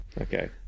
okay